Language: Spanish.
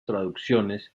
traducciones